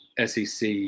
SEC